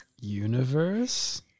universe